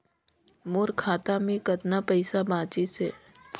मोर खाता मे कतना पइसा बाचिस हे?